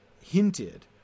hinted